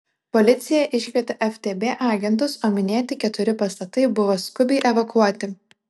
policija iškvietė ftb agentus o minėti keturi pastatai buvo skubiai evakuoti